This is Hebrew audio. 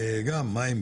גם מים,